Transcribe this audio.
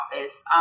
office